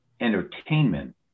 entertainment